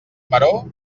maror